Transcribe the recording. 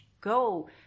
go